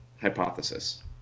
hypothesis